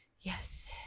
yes